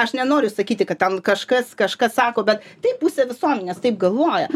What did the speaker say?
aš nenoriu sakyti kad ten kažkas kažką sako bet taip pusė visuomenės taip galvoja